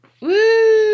Woo